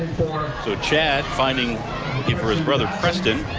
to chad finding his brother preston.